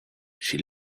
she